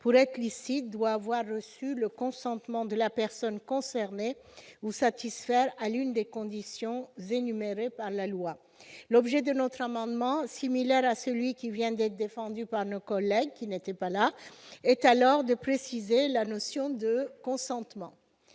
pour être licite doit avoir reçu le consentement de la personne concernée ou satisfaire à l'une des conditions énumérées par la loi, l'objet de notre amendement similaire à celui qui vient d'être défendus par nos collègues qui n'était pas là est alors de préciser la notion de consentement